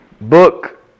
book